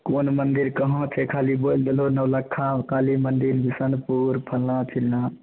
कोन मन्दिर कहाँ छै खाली बोलि देलहो नौलखा आ काली मन्दिल बिशनपुर फलना चिलना